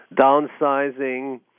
downsizing